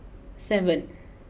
seven